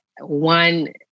one